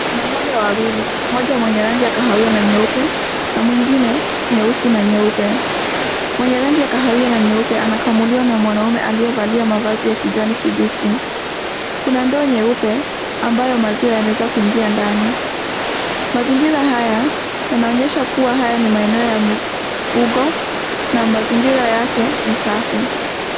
Kuna ng'ombe wawili, mmoja mwenye rangi kahawia na nyeupe, na mwingine, nyeusi na nyeupe, mwenye rangi ya kahawia na nyeupe, nakamuliwa na mwanume aliyevalia ya kijani kibichi, kuna ndoo nyeupe, ambayo maziwa yanaweza kuingia ndani, mazingira haya, yanaonyesha kuwa haya ni maeneo ya mifugo, na mazingira yake ni safi.